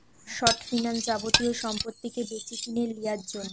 short finance যাবতীয় সম্পত্তিকে বেচেকিনে লিয়ার জন্যে